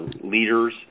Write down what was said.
leaders